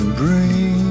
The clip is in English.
bring